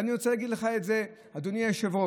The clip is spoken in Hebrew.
ואני רוצה להגיד לך את זה, אדוני היושב-ראש,